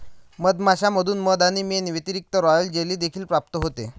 मधमाश्यांमधून मध आणि मेण व्यतिरिक्त, रॉयल जेली देखील प्राप्त होते